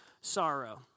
sorrow